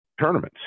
tournaments